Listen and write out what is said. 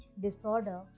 disorder